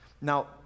Now